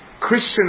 Christian